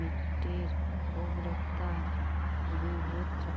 मिट्टीर उर्वरता विभिन्न